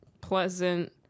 Pleasant